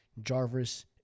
Jarvis